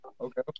Okay